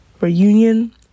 Reunion